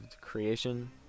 creation